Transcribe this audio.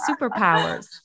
superpowers